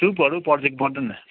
सुपहरू पर्छ कि पर्दैन